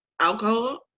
alcohol